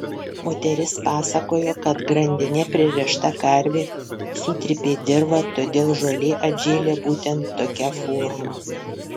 moteris pasakojo kad grandine pririšta karvė sutrypė dirvą todėl žolė atžėlė būtent tokia forma